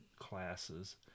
Classes